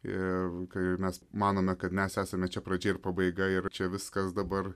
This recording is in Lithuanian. ir kai mes manome kad mes esame čia pradžia ir pabaiga ir čia viskas dabar